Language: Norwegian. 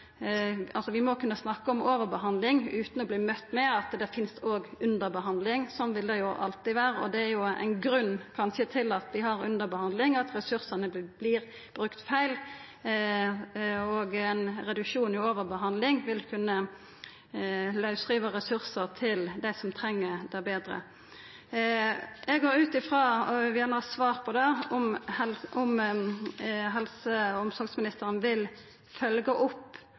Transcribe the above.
vi må kunna snakka om overbehandling utan å verta møtte med at det òg finst underbehandling. Sånn vil det alltid vera, og det er òg kanskje ein grunn til at vi har underbehandling, at ressursane vert brukte feil, og ein reduksjon i overbehandling vil kunna lausriva ressursar til dei som treng det meir. Eg går ut frå – og vil gjerne ha svar på det – at helse- og omsorgsministeren vil følgja opp